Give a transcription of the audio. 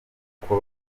nkuko